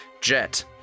Jet